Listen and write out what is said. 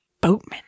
Boatman